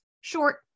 short